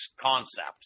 concept